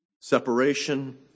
Separation